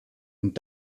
und